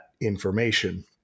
information